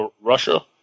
Russia